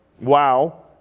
wow